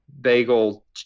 bagel